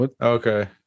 Okay